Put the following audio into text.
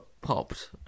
popped